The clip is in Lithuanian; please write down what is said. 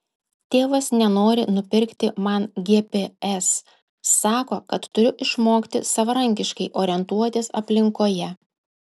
tėvas nenori nupirkti man gps sako kad turiu išmokti savarankiškai orientuotis aplinkoje